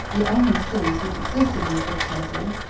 the only cities which existed in the fifth century,